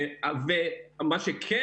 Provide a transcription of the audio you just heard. מה שכן,